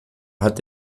hat